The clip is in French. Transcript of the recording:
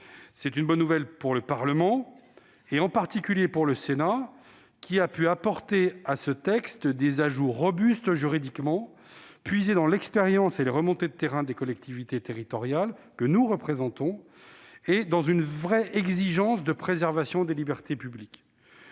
est une bonne nouvelle pour le Parlement, en particulier pour le Sénat. La Haute Assemblée a pu apporter à ce texte des ajouts robustes juridiquement, tirés de l'expérience et des remontées de terrain des collectivités territoriales, que nous représentons, avec une vraie exigence de préservation des libertés publiques.